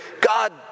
God